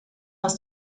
aus